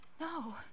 No